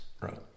Right